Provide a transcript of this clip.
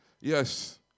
Yes